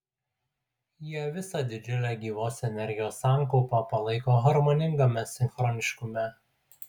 jie visą didžiulę gyvos energijos sankaupą palaiko harmoningame sinchroniškume